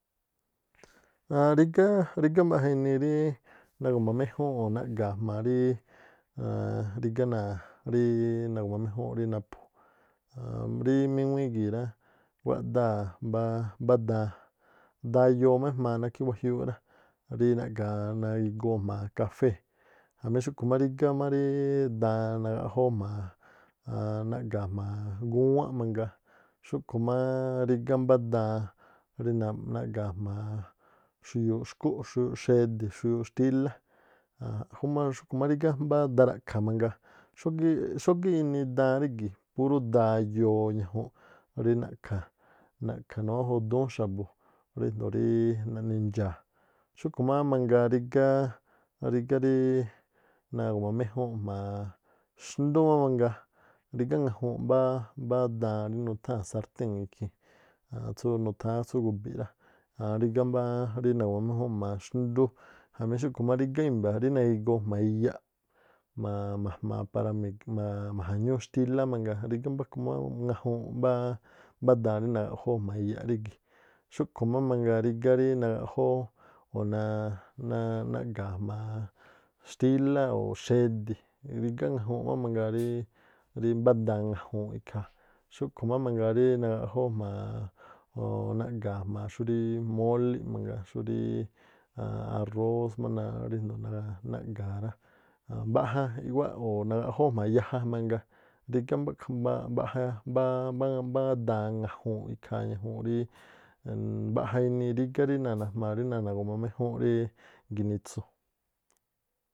Aaan rígá- rígá- mbaꞌja inii rí nagu̱ma méjúúnꞌ o̱ naꞌga̱a̱ jma̱a ríí aan rígá náa̱ nagu̱ma méjúúnꞌ rí naphu aan rí míŋuíí gii̱ rá, wáꞌdáa̱ mbá daan, dayoo má ejmaa nákhí wajiúúꞌ rá. Rí naꞌga̱a̱, nagigoo jma̱a kafée̱ jamí xúꞌkhu̱ má rígá daan nagaꞌjo̱o̱ jma̱a aann- naꞌga̱a̱ jma̱a gúwánꞌ mangaa xúꞌkhu̱ má rígá mbá daan rí naꞌga̱a̱ jma̱a xuyuuꞌ xkúꞌ, xuyuuꞌ xedi̱, xuyuuꞌ xtílá jumá xkhu̱ má rígá mbá da ra̱ꞌkha̱ mangaa xógíꞌ inii daan rígi̱ purú dayoo ñajunꞌ rí na̱ꞌkha̱ nawájudúún xa̱bu̱ rído̱o ríi naꞌni ndxaa̱. Xúꞌkhu̱ má mangaa rígá rí nagu̱ma méjúúnꞌ jma̱a xndú má mangaa. Rígá ŋajuunꞌ mbá daan rí nutháa̱ sartén ikhii̱n tsú nutháán tsú gu̱bi̱ rá, aann- rígá rí nagu̱ma méjúúnꞌ jma̱a xndú. Jamí xúꞌkhu̱ má rigá i̱mba̱ rí nagigoo jma̱a iyaꞌ, jma̱a ma̱jmaaꞌ para ma̱ja̱ñúú xtílá mangaa, rígá mbákhu má ŋajuunꞌ mbá daan rí nagaꞌjóó jma̱a iyaꞌ rígi̱. Xúꞌkhu̱ má mangaa rígá rí nagaꞌjóó o̱ naa̱- naꞌga̱a̱- jma̱a xtílá o̱ xe̱di̱ rígá ŋajuunꞌ má mangaa rí rí mbá daan ŋajuunꞌ ikhaa. Xúꞌkhu̱ má mangaa rí nagaꞌjóó jma̱a jma̱a o̱ naꞌga̱a̱ jma̱a xúrí molí mangaa xúrí arós má naaꞌ ríndo̱o naꞌga̱a̱ rá. Mbaꞌja i̱ꞌwáꞌ oh nagaꞌjóó jma̱a yaja mangaa rígá mbaꞌja mbá daan ŋajuunꞌ ikhaa ñajuunꞌ rí mbaꞌja inii rígá rí náa̱ najmaa rí náa̱ na̱gu̱ma̱ méjúúnꞌ rí ginitsu.